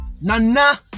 Nana